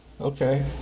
Okay